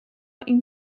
این